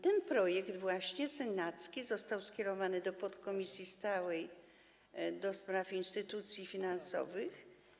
Ten projekt senacki został skierowany do podkomisji stałej do spraw instytucji finansowych.